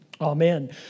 Amen